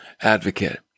advocate